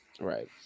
Right